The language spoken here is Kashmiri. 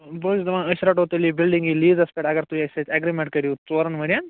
بہٕ حظ چھُس دَپان أسۍ رَٹو تیٚلہِ یہِ بِلڈِنٛگٕے لیٖزَس پٮ۪ٹھ اَگر تُہۍ اسہِ سۭتۍ ایٚگرِمیٚنٛٹ کٔریٛو ژورَن ؤری یَن